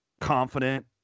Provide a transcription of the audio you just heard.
confident